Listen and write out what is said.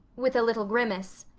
with a little grimace.